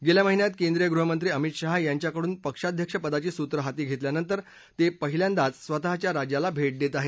गेल्या महिन्यात केंद्रीय गृहमंत्री अमित शाह यांच्याकडून पक्षाध्यक्ष पदाची सूत्रं हाती घेतल्यानंतर ते पहिल्यांदाच स्वतःच्या राज्याला भेट देत आहेत